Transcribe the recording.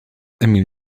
emil